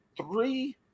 three